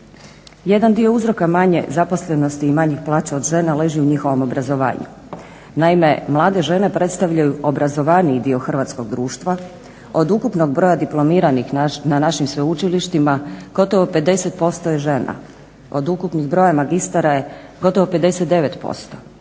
Jedan dio uzroka manje zaposlenosti i manjih plaća od žena leži u njihovom obrazovanju. Naime, mlade žene predstavljaju obrazovaniji dio hrvatskog društva. Od ukupnog broja diplomiranih na našim sveučilištima gotovo 50% je žena, od ukupnog broja magistara je gotovo 59%,